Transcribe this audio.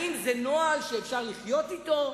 האם זה נוהל שאפשר לחיות אתו?